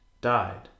died